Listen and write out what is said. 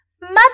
Mother